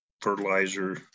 fertilizer